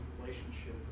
relationship